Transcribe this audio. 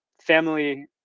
family